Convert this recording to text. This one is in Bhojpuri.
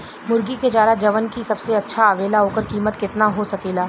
मुर्गी के चारा जवन की सबसे अच्छा आवेला ओकर कीमत केतना हो सकेला?